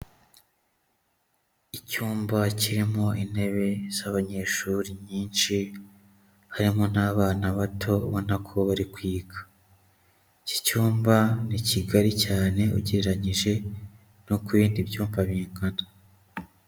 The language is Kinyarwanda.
Icyumba kirimo intebe z'abanyeshuri nyinshi, harimo n'abana bato ubona ko bari kwiga. Iki cyumba ni kigari cyane ugereranyije n'uko ibindi byumba bingana.